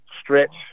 stretch